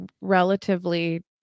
relatively